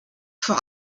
vor